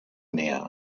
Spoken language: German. näher